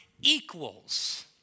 equals